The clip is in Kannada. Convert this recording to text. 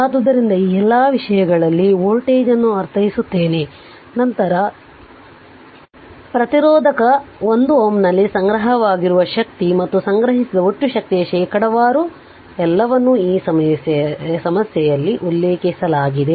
ಆದ್ದರಿಂದ ಈ ಎಲ್ಲ ವಿಷಯಗಳಲ್ಲಿ ವೋಲ್ಟೇಜ್ ಅನ್ನು ಅರ್ಥೈಸುತ್ತೇನೆ ನಂತರ ಪ್ರತಿರೋಧಕ1 Ω ನಲ್ಲಿ ಸಂಗ್ರಹವಾಗಿರುವ ಶಕ್ತಿ ಮತ್ತು ಸಂಗ್ರಹಿಸಿದ ಒಟ್ಟು ಶಕ್ತಿಯ ಶೇಕಡಾವಾರು ಎಲ್ಲವನ್ನೂ ಈ ಸಮಸ್ಯೆಯಲ್ಲಿ ಉಲ್ಲೇಖಿಸಲಾಗಿದೆ